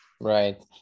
right